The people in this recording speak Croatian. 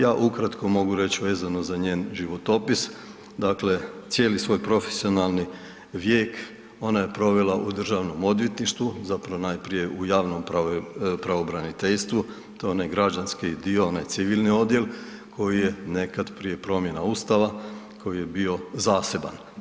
Ja mogu ukratko reći vezano za njen životopis, dakle cijeli svoj profesionalni vijek ona je provela u državnom odvjetništvu, zapravo najprije u javnom pravobraniteljstvu, to je onaj građanski dio, onaj civilni odjel koji je nekad prije promjena Ustava koji je bio zaseban.